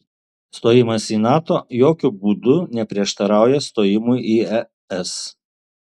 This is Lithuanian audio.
stojimas į nato jokiu būdu neprieštarauja stojimui į es